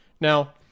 now